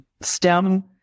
STEM